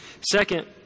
Second